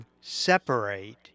separate